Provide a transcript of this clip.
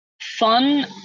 Fun